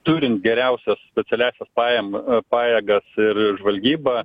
turint geriausias specialiąsias pajama pajėgas ir žvalgybą